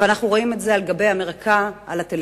אבל אנחנו רואים את זה על המרקע בטלוויזיה,